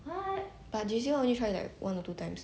but J_C [one] like only try one or two times